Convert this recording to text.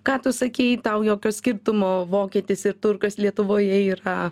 ką tu sakei tau jokio skirtumo vokietis ir turkas lietuvoje yra